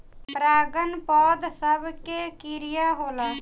परागन पौध सभ के क्रिया होला